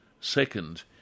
second